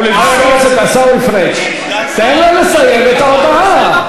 חבר הכנסת עיסאווי פריג', תן לו לסיים את ההודעה.